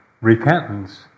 repentance